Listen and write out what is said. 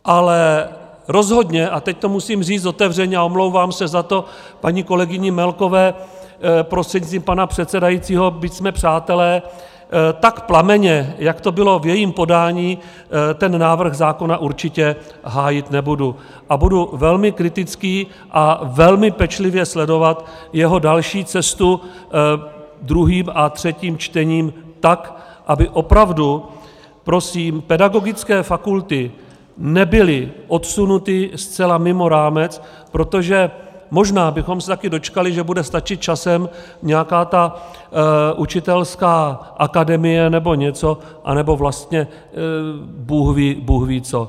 Ale rozhodně, a teď to musím říct otevřeně a omlouvám se za to paní kolegyni Melkové prostřednictvím pana předsedajícího, byť jsme přátelé, tak plamenně, jak to bylo v jejím podání, ten návrh zákona určitě hájit nebudu a budu velmi kriticky a velmi pečlivě sledovat jeho další cestu druhým a třetím čtením tak, aby opravdu, prosím, pedagogické fakulty nebyly odsunuty zcela mimo rámec, protože možná bychom se také dočkali, že bude stačit časem nějaká učitelská akademie nebo něco anebo vlastně bůhví co.